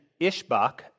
Ishbak